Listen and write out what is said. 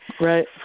Right